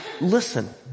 listen